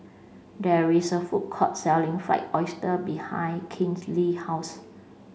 there is a food court selling fried oyster behind Kinley's house